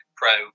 pro